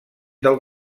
del